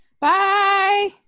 Bye